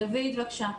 דויד גל, בבקשה.